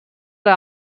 der